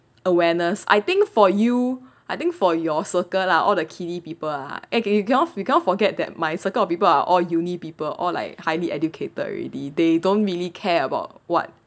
awareness I think for you I think for your circle lah all the kiddie people ah agy~ you ca~ you cannot forget that my circle of people are all uni people or like highly educated already they don't really care about what